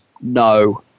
no